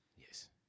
Yes